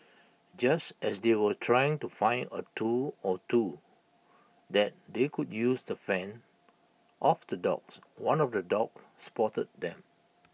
just as they were trying to find A tool or two that they could use to fend off the dogs one of the dogs spotted them